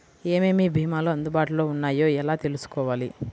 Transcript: ఏమేమి భీమాలు అందుబాటులో వున్నాయో ఎలా తెలుసుకోవాలి?